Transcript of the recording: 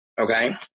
Okay